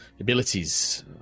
abilities